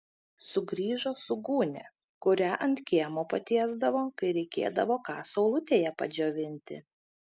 sugrįžo su gūnia kurią ant kiemo patiesdavo kai reikėdavo ką saulutėje padžiovinti